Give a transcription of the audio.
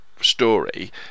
story